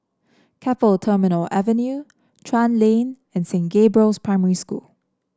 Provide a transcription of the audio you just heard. Keppel Terminal Avenue Chuan Lane and Saint Gabriel's Primary School